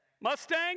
Mustang